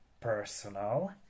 personal